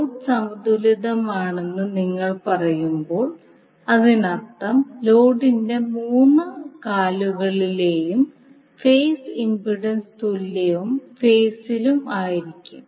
load സമതുലിതമാണെന്ന് നിങ്ങൾ പറയുമ്പോൾ അതിനർത്ഥം ലോഡിന്റെ മൂന്ന് കാലുകളിലെയും ഫേസ് ഇംപെൻഡൻസ് തുല്യവും ഫേസിലും ആയിരിക്കും